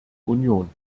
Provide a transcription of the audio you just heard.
union